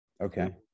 Okay